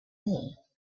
wool